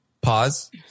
pause